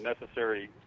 necessary